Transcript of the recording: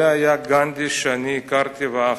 זה היה גנדי שאני הכרתי ואהבתי,